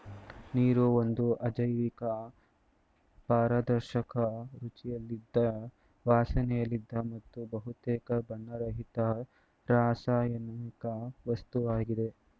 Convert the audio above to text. ನೀರು ಒಂದು ಅಜೈವಿಕ ಪಾರದರ್ಶಕ ರುಚಿಯಿಲ್ಲದ ವಾಸನೆಯಿಲ್ಲದ ಮತ್ತು ಬಹುತೇಕ ಬಣ್ಣರಹಿತ ರಾಸಾಯನಿಕ ವಸ್ತುವಾಗಿದೆ